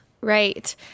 Right